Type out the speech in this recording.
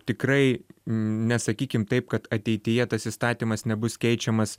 tikrai nesakykim taip kad ateityje tas įstatymas nebus keičiamas